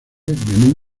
menú